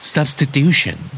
Substitution